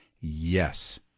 Yes